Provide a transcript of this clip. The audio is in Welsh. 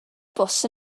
bws